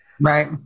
Right